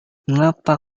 mengapa